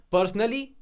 Personally